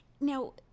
Now